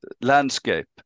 landscape